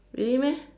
really meh